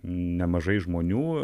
nemažai žmonių